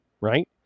right